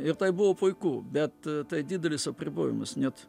ir tai buvo puiku bet tai didelis apribojimas net